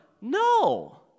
No